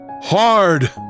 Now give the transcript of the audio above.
hard